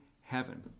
heaven